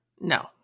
No